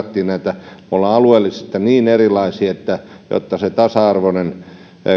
edellisessä puheenvuorossa verrattiin me olemme alueellisesti niin erilaisia että jotta se tasa arvoinen